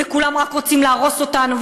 וכולם רק רוצים להרוס אותנו,